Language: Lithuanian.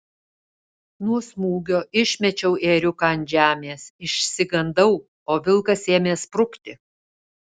nuo smūgio išmečiau ėriuką ant žemės išsigandau o vilkas ėmė sprukti